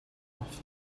off